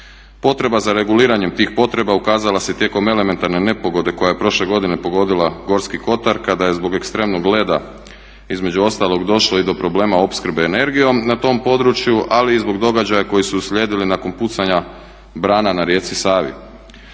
Potreba za reguliranjem tih potreba ukazala se tijekom elementarne nepogode koja je prošle godine pogodila Gorski Kotar kada je zbog ekstremnog leda između ostalog došlo i do problema opskrbe energijom na tom području, ali i zbog događaja koji su uslijedili nakon pucanja brana na Rijeci Savi.